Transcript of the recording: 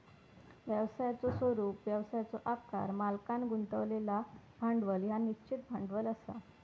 व्यवसायाचो स्वरूप, व्यवसायाचो आकार, मालकांन गुंतवलेला भांडवल ह्या निश्चित भांडवल असा